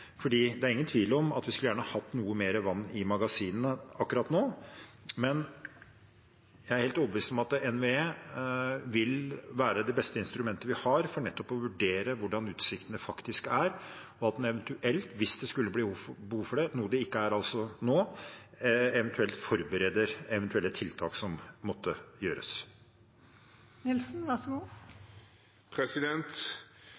Det er ingen tvil om at vi gjerne skulle hatt noe mer vann i magasinene akkurat nå, men jeg er helt overbevist om at NVE vil være det beste instrumentet vi har for å vurdere hvordan utsiktene faktisk er, og at en eventuelt – hvis det skulle bli behov for det, noe det altså ikke er nå – forbereder eventuelle tiltak som måtte gjøres.